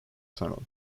tunnel